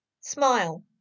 smile